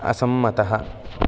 असम्मतः